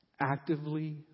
Actively